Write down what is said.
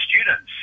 students